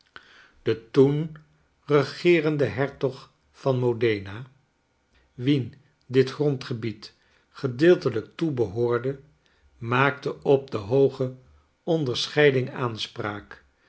de toen regeerende hertog van modena wien dit grondgebied gedeeltelijk toebehoorde maakte op de hooge onderscheiding aanspraak